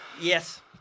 Yes